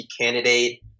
candidate